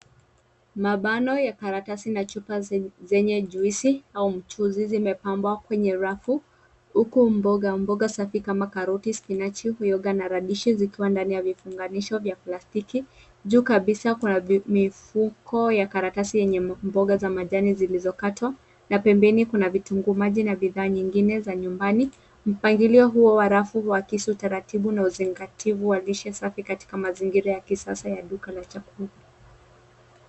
Mabano ya karatasi na chupa zenye juisi au mchuzi zimepangwa kwenye rafu huku mboga mboga safi kama karoti, spinachi, uyoga na radishe zikiwa ndani ya vifunganisho vya plastiki. Juu kabisa kuna mifuko ya karatasi yenye mboga za majani zilizokatwa na pembeni kuna vitunguu maji na bidhaa nyingine za nyumbani. Mpangilio huo wa rafu huakisi taratibu na uzingativu wa lishe safi katika mazingira ya kisasa ya duka la chakula.